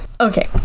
Okay